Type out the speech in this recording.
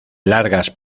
largas